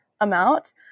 amount